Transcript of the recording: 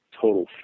total